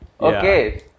Okay